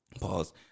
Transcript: Pause